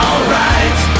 Alright